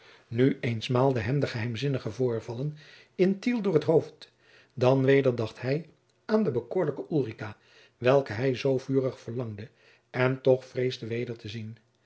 nu eens maalden hem de geheimzinnige voorvallen in tiel door het hoofd dan weder dacht hij aan de bekoorlijke ulrica welke hij zoo vurig verlangde en toch vreesde weder te zien